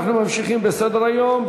אנחנו ממשיכים בסדר-היום,